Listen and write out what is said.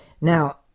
Now